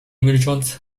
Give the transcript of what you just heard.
milcząc